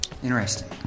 Interesting